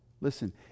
listen